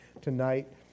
tonight